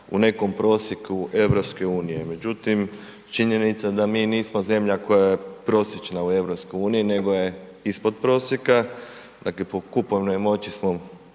u nekom prosjeku EU, međutim činjenica da mi nismo zemlja koja je prosječna u EU, nego je ispod prosjeka, dakle po kupovnoj moći smo